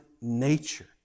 nature